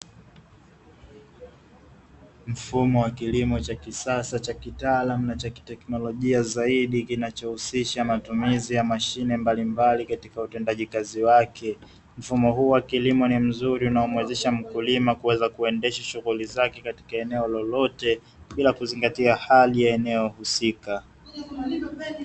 Mfumo wa kilimo cha kisasa cha kitaalamu na cha kiteknolojia zaidi kinachohusisha matumizi ya mashine mbalimbali katika utendaji kazi wake, mfumo huu wa kilimo ni mzuri unaomuwezesha mkulima kuweza kuendesha shughuli zake katika eneo lolote bila kuzingatia hali ya eneo husika.